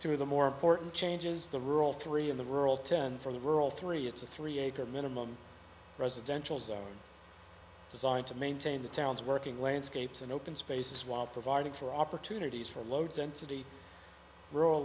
through the more important changes the rural three in the rural ten for the rural three it's a three acre minimum residential zone designed to maintain the town's working landscapes and open spaces while providing for opportunities for low density rural